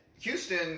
Houston